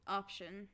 option